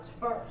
first